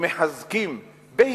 ומחזקים בהתנדבות,